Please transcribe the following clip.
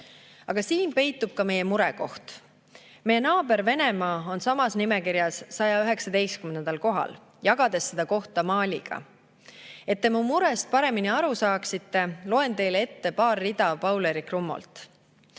Aga siin peitub ka meie murekoht: meie naaber Venemaa on samas nimekirjas 119. kohal, jagades seda kohta Maliga. Et te mu murest paremini aru saaksite, loen teile ette paar rida Paul-Eerik Rummolt.